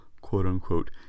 quote-unquote